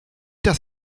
das